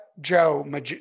Joe